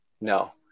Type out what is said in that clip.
No